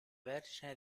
vergine